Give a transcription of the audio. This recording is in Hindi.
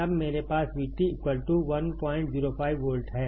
तब मेरे पास VT 105 वोल्ट है